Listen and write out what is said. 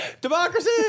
Democracy